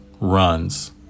runs